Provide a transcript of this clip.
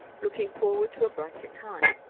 looking forward to a brighter time.